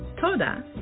Toda